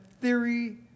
theory